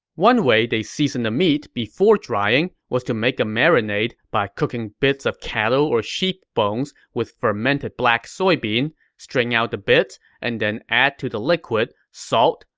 one way they seasoned the meat before drying was to make a marinade by cooking bits of cattle or sheep bones with fermented black soybean, strain out the bits, and then add to the liquid salt,